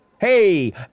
hey